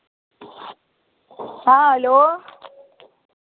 हाँ हेलो